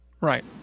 Right